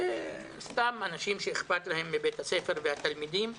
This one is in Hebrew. וסתם אנשים שאכפת להם מבית הספר ומהתלמידים,